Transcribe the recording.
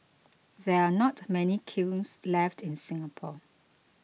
there are not many kilns left in Singapore